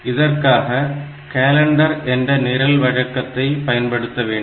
இதற்காக கேலண்டர் என்ற நிரல் வழக்கத்தை பயன்படுத்த வேண்டும்